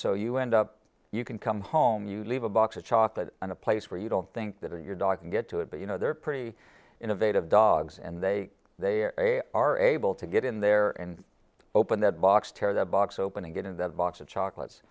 so you end up you can come home you leave a box of chocolate in a place where you don't think that your dog can get to it but you know they're pretty innovative dogs and they they are able to get in there and open that box tear the box open and get in that box of chocolates